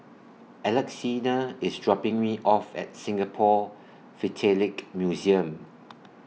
Alexina IS dropping Me off At Singapore Philatelic Museum